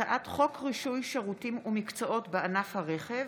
הצעת חוק רישוי שירותים בענף הרכב